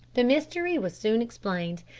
the mystery was soon explained.